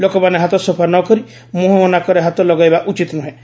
ଲୋକମାନେ ହାତ ସଫା ନ କରି ମୁହଁ ଓ ନାକରେ ହାତ ଲଗାଇବା ଉଚିତ୍ ନୁହେଁ